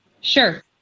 Sure